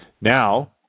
Now